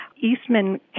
Eastman